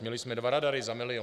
Měli jsme dva radary za milion.